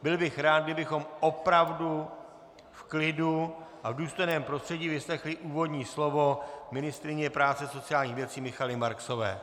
Byl bych rád, kdybychom opravdu v klidu a v důstojném prostředí vyslechli úvodní slovo ministryně práce a sociálních věcí Michaely Marksově.